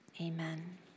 Amen